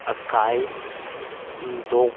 ꯑꯀꯥꯏ ꯍꯨꯟꯗꯣꯛ